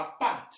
apart